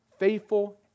faithful